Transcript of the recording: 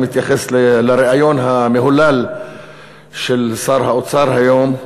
אני מתייחס לרעיון המהולל של שר האוצר היום,